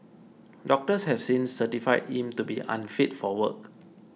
doctors have since certified him to be unfit for work